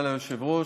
לא משתתף?